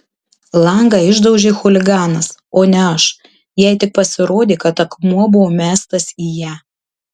langą išdaužė chuliganas o ne aš jai tik pasirodė kad akmuo buvo mestas į ją